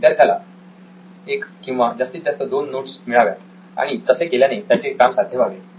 विद्यार्थ्याला एक किंवा जास्तीत जास्त दोन नोट्स मिळाव्यात आणि तसे केल्याने त्याचे काम साध्य व्हावे